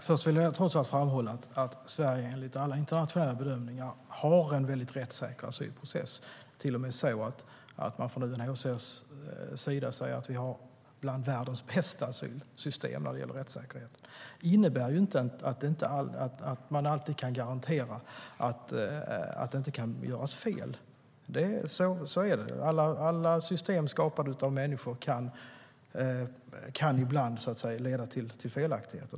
Det innebär inte att man alltid kan garantera att det inte kan göras fel. Alla system skapade av människor kan ibland leda till felaktigheter.